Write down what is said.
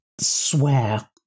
swear